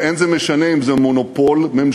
ואין זה משנה אם זה מונופול עסקי,